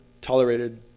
tolerated